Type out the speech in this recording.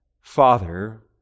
Father